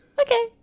Okay